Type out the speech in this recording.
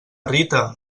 rita